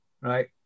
Right